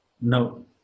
No